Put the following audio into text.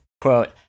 quote